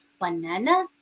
banana